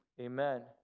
Amen